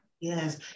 Yes